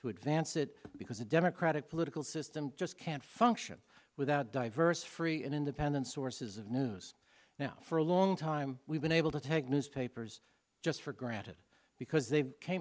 to advance it because a democratic political system just can't function without diverse free and independent sources of news now for a long time we've been able to take newspapers just for granted because they came